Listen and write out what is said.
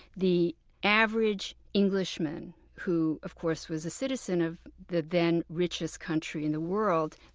the average englishman who, of course, was a citizen of the then-richest country in the world,